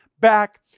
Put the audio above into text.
back